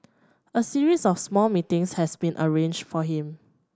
a series of small meetings has been arranged for him